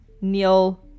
neil